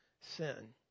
sin